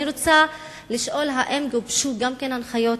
אני רוצה לשאול אם גובשו גם הנחיות